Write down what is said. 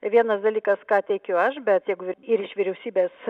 vienas dalykas ką teikiu aš bet jeigu ir iš vyriausybės